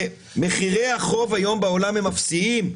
שמחירי החוב היום בעולם הם אפסיים.